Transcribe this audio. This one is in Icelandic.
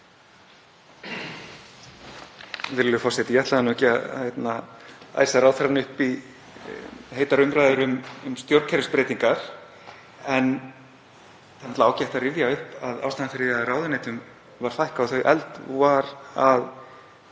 Virðulegur forseti. Ég ætlaði nú ekki að æsa ráðherrann upp í heitar umræður um stjórnkerfisbreytingar en það er ágætt að rifja upp að ástæðan fyrir því að ráðuneytum var fækkað og þau efld var að